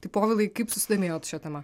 tai povilai kaip susidomėjot šia tema